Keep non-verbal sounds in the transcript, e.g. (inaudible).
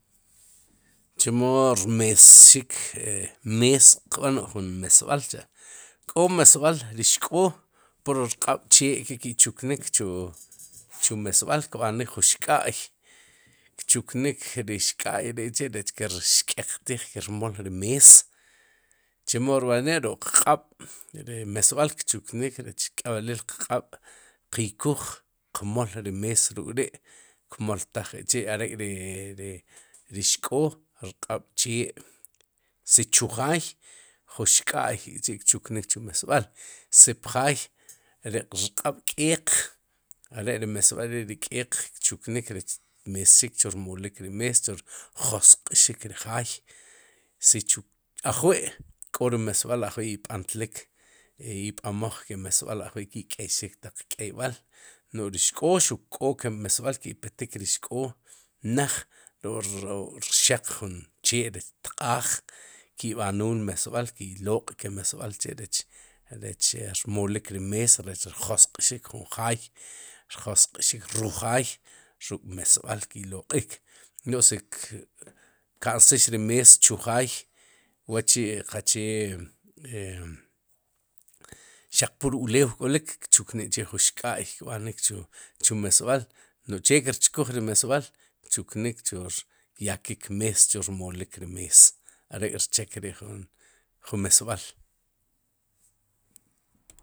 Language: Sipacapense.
Chumo rmesxik e mees qb'an ruk'ju mesb'al cha' k'o mesb'al ri xk'o pur rq'ab'chee ke ki'chuknik, chu mesb'al kb'anik jun xk'a'y kchuknik ri xk'a'y re chi'rech kir xk'eqtij, ki rmol ri mees, chemo rb'anik ruk'qq'ab' ri mesbál kchuknik, rech k'eb'elil qq'ab' qykuj qmool ri mees ruk'ri' kmoltaj k'chi'are ri ri xk'o rq'ab'chee si chujaay jun xk'a'y k'chi'kchuknik chu mesb'al si pjaay ri rq'ab'k'eeq are ri mesb'al ri'ri k'eeq kchuknik rech mesxik chu rmolik ri mees, josq'xik ri jaay si chu ajwi' kó ri mesb'al ajwi'ib'antlik ib'omaj, ke mesb'al ajwi' ki k'eyxik taq k'eyb'al no'j ri xk'o xu k'o ke mesb'al ki petik ri xk'oo naj ruk'rxaq chee rech tq'aaj, ki'b'anul ke mesbál ki'loq'ke mesbál chi rech rech rmolik ri mees rech rjosq'xik jun jaay rjosq'xik rujaay rum meesbál ki'loq'iik, no'j si ka'nsxik ri mees chujaay wa'chi'qachee e (hesitation) xaq pur ulew k'olik kchuknik chi'jun xk'a'y kb'anik chu meesbál, nu'j che kirchkuj ju mesb'al kchuknik chu ryakik mees chu rmolik ri mees arek'rchek ri'jun meesb'al.